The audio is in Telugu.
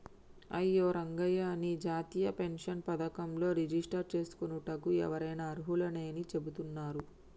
అయ్యో రంగయ్య నీ జాతీయ పెన్షన్ పథకంలో రిజిస్టర్ చేసుకోనుటకు ఎవరైనా అర్హులేనని చెబుతున్నారు